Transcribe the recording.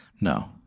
no